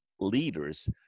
leaders